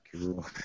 Cool